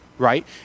right